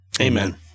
Amen